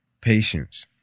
patience